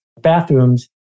bathrooms